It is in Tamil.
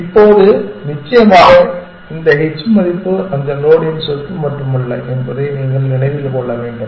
இப்போது நிச்சயமாக இந்த h மதிப்பு அந்த நோடின் சொத்து மட்டுமல்ல என்பதை நீங்கள் நினைவில் கொள்ள வேண்டும்